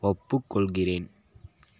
ஒப்புக்கொள்கிறேன்